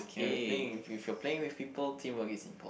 if you're playing if you're playing with people teamwork is important